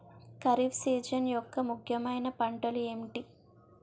Kharif season యెక్క ముఖ్యమైన పంటలు ఏమిటీ?